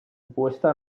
puesta